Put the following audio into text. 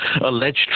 alleged